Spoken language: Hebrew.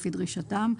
לפי דרישתם.